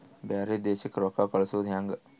ಬ್ಯಾರೆ ದೇಶಕ್ಕೆ ರೊಕ್ಕ ಕಳಿಸುವುದು ಹ್ಯಾಂಗ?